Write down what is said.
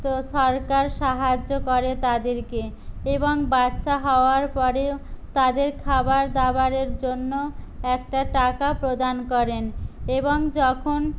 তো সরকার সাহায্য করে তাদেরকে এবং বাচ্চা হওয়ার পরেও তাদের খাবার দাবারের জন্য একটা টাকা প্রদান করেন এবং যখন